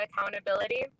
Accountability